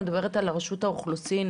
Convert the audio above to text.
אני מדברת על רשות האוכלוסין,